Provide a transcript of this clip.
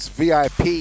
vip